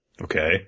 Okay